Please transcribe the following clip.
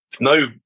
No